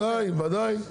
ודאי, ודאי.